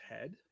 head